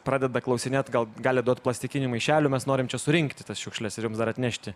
pradeda klausinėt gal galit duot plastikinių maišelių mes norim čia surinkti tas šiukšles ir jums dar atnešti